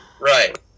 right